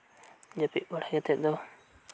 ᱡᱟᱹᱯᱤᱫ ᱵᱟᱲᱟ ᱠᱟᱛᱮᱫ ᱫᱚ